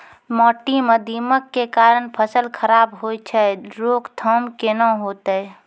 माटी म दीमक के कारण फसल खराब होय छै, रोकथाम केना होतै?